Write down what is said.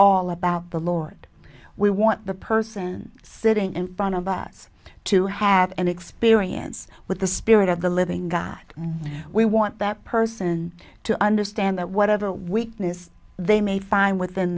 all about the lord we want the person sitting in front of us to have an experience with the spirit of the living god we want that person to understand that whatever weakness they may find within